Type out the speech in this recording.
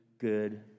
good